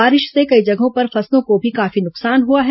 बारिश से कई जगहों पर फसलों को भी काफी नुकसान हुआ है